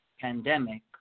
pandemic